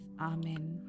Amen